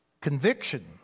Conviction